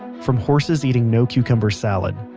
from horses eating no cucumber salad,